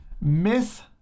Myth